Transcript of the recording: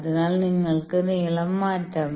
അതിനാൽ നിങ്ങൾക്ക് നീളം മാറ്റാം